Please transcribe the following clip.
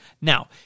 Now